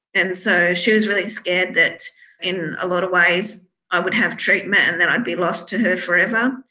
and so she was really scared that in a lot of ways i would have treatment and then i'd be lost to her forever.